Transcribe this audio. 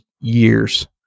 years